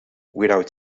without